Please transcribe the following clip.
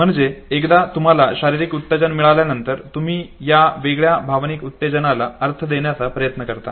म्हणजे एकदा तुम्हाला शारीरिक उत्तेजन मिळाल्यानंतर तुम्ही या वेगळ्या भावनिक उत्तेजनाला अर्थ देण्याचा प्रयत्न करता